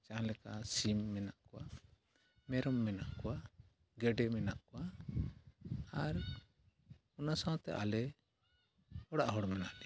ᱡᱟᱦᱟᱸᱞᱮᱠᱟ ᱥᱤᱢ ᱢᱮᱱᱟᱜ ᱠᱚᱣᱟ ᱢᱮᱨᱚᱢ ᱢᱮᱱᱟᱜ ᱠᱚᱣᱟ ᱜᱮᱰᱮ ᱢᱮᱱᱟᱜ ᱠᱚᱣᱟ ᱟᱨ ᱚᱱᱟ ᱥᱟᱶᱛᱮ ᱟᱞᱮ ᱚᱲᱟᱜ ᱦᱚᱲ ᱢᱮᱱᱟᱜ ᱞᱮᱭᱟ